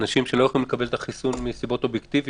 נשים שלא יוכלו לקבל את החיסון מסיבות אובייקטיביות,